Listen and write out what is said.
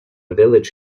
village